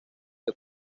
que